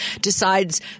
decides